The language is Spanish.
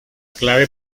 clave